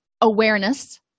awareness